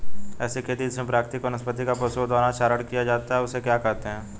ऐसी खेती जिसमें प्राकृतिक वनस्पति का पशुओं द्वारा चारण किया जाता है उसे क्या कहते हैं?